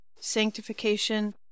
sanctification